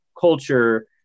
culture